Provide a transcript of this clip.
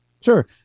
Sure